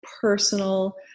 personal